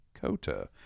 Kota